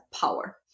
power